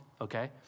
okay